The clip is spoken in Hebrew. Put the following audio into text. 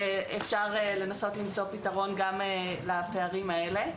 אפשר לנסות למצוא פתרון גם לפערים האלה.